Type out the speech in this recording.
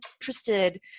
interested